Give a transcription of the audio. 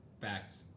Facts